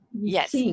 yes